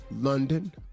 London